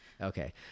Okay